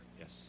Yes